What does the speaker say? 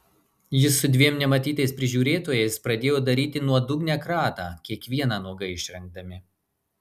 jis su dviem nematytais prižiūrėtojais pradėjo daryti nuodugnią kratą kiekvieną nuogai išrengdami